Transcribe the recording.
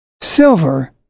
silver